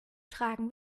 tragen